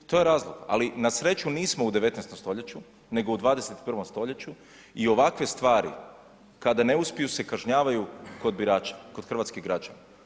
I to je razlog, ali na sreću nismo u 19. stoljeću, nego u 21. stoljeću i ovakve stvari kada ne uspiju se kažnjavaju kod birača, kod hrvatskih građana.